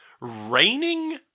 raining